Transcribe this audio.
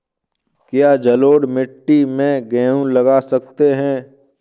क्या जलोढ़ मिट्टी में गेहूँ लगा सकते हैं?